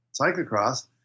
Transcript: cyclocross